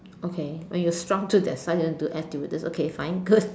okay when you are shrunk to that size then you want to do air stewardess okay fine good